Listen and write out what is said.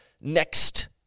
next